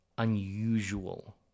unusual